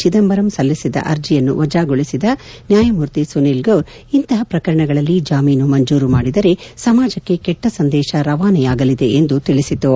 ಚಿದಂಬರಂ ಸಲ್ಲಿಸಿದ್ದ ಅರ್ಜಿಯನ್ನು ವಜಾಗೊಳಿಸಿದ ನ್ಯಾಯಮೂರ್ತಿ ಸುನೀಲ್ ಗೌರ್ ಇಂತಹ ಪ್ರಕರಣಗಳಲ್ಲಿ ಜಾಮೀನು ಮಂಜೂರು ಮಾಡಿದರೆ ಸಮಾಜಕ್ಕೆ ಕೆಟ್ಟ ಸಂದೇಶ ರವಾನೆಯಾಗಲಿದೆ ಎಂದು ತಿಳಿಸಿತು